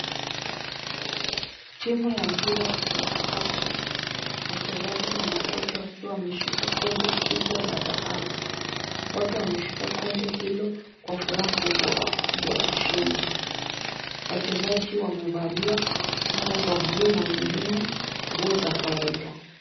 Timu ya mpira wa kikapu, wachezaji na makocha wakiwa wameshika kombe kubwa la dhahabu. Wote wameshika kombe hilo kwa furaha kubwa wakipiga ushindi. Wachezaji wamevalia sare za buluu na wengine nguo za kawaida.